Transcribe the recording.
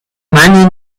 mani